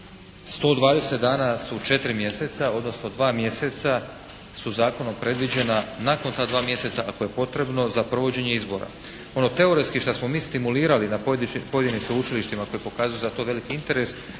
120 dana su 4 mjeseca, odnosno 2 mjeseca su zakonom predviđena, nakon ta 2 mjeseca ako je potrebno za provođenje izbora. Ono teoretski šta smo mi stimulirali da pojedinim sveučilištima koji pokazuju za to veliki interes